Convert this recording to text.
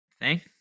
Thank